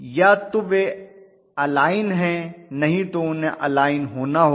या तो वे अलाइन है नहीं तो उन्हें अलाइन होना होगा